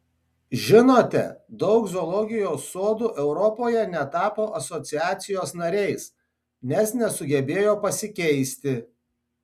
žinote daug zoologijos sodų europoje netapo asociacijos nariais nes nesugebėjo pasikeisti